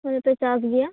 ᱚᱱᱮ ᱯᱮ ᱪᱟᱥ ᱜᱮᱭᱟ